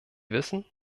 wissen